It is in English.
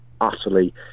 utterly